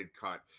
cut